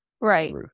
right